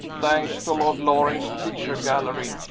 thanks to lord loring's picture gallery,